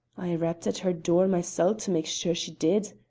i rapped at her door mysel' to mak' sure she did.